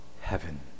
heaven